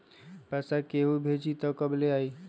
पैसा केहु भेजी त कब ले आई?